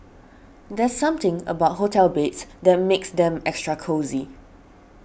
there's something about hotel beds that makes them extra cosy